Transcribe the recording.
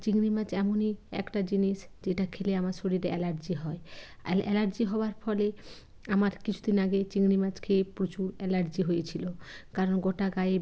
চিংড়ি মাছ এমনই একটা জিনিস যেটা খেলে আমার শরীরে অ্যালার্জি হয় আর অ্যালার্জি হওয়ার ফলে আমার কিছু দিন আগে চিংড়ি মাছ খেয়ে প্রচুর অ্যালার্জি হয়েছিল কারণ গোটা গায়ে